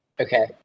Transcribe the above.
Okay